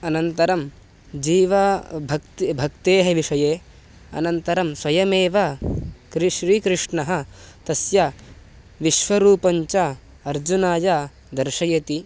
अनन्तरं जीवा भक्तिः भक्तेः विषये अनन्तरं स्वयमेव कृश् श्रीकृष्णः तस्य विश्वरूपं च अर्जुनाय दर्शयति